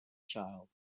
child